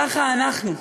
ככה אנחנו,